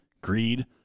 greed